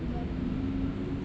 mm 对